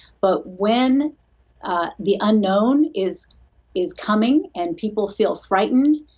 but when the unknown is is coming and people feel frightened.